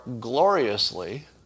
gloriously